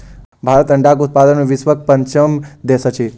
भारत अंडाक उत्पादन मे विश्वक पाँचम देश अछि